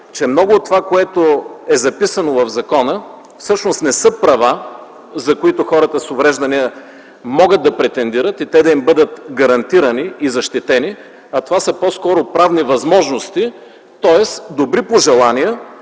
че много от това, което е записано в закона всъщност не са права, за които хората с увреждания могат да претендират и те да им бъдат гарантирани и защитени, а това са по-скоро правни възможности, тоест добри пожелания,